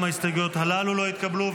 גם ההסתייגויות הללו לא התקבלו.